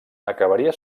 acabaria